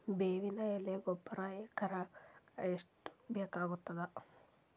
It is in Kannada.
ಬೇವಿನ ಎಲೆ ಗೊಬರಾ ಎಕರೆಗ್ ಎಷ್ಟು ಬೇಕಗತಾದ?